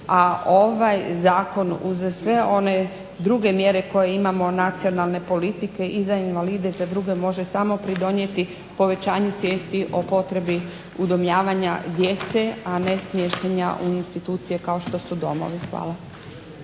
A ovaj zakon uza sve one druge mjere koje imamo nacionalne politike i za invalide i za druge može samo pridonijeti povećanju svijesti o potrebi udomljavanja djece, a ne smještanja u institucije kao što su domovi. Hvala.